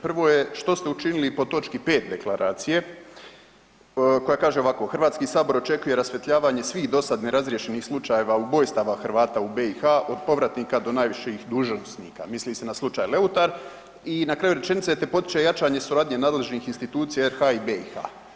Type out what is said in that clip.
Prvo je što ste učinili po točki 5 deklaracije koja kaže ovako „HS očekuje rasvjetljavanje svih do sad nerazriješenih slučajeva ubojstava Hrvata u BiH od povratnika do najviših dužnosnika“, misli se na slučaj Leutar, i na kraju rečenice „te potiče jačanje suradnje nadležnih institucija RH i BiH“